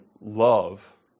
love